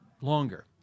longer